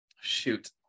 shoot